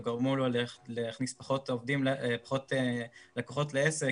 או גרמו לו להכניס פחות לקוחות לעסק,